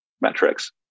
metrics